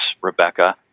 Rebecca